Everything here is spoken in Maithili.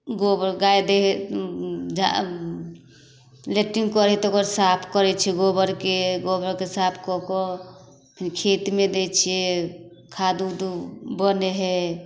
गोबर गाइ दै हइ लैट्रिन करै हइ तऽ ओकरा साफ करै छियै गोबरके गोबरके साफ कऽ कऽ खेतमे दै छिए खाद उद बनै हइ